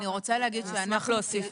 אני אשמח להוסיף.